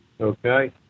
Okay